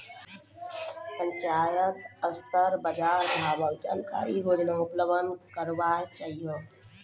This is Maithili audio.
पंचायत स्तर पर बाजार भावक जानकारी रोजाना उपलब्ध करैवाक चाही?